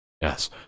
Yes